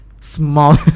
small